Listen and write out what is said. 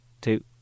two